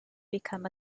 become